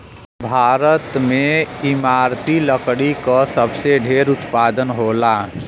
भारत में इमारती लकड़ी क सबसे ढेर उत्पादन होला